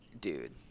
dude